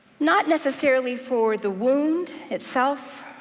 not necessarily for the wound itself,